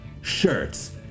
shirts